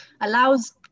allows